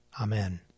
Amen